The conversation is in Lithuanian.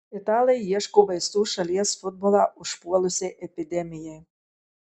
italai ieško vaistų šalies futbolą užpuolusiai epidemijai